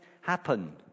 happen